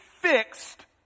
fixed